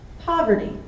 Poverty